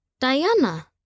Diana